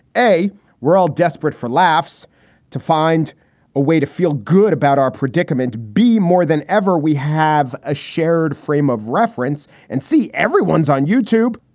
we're all desperate for laughs to find a way to feel good about our predicament. be more than ever. we have a shared frame of reference and see everyone's on youtube.